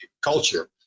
culture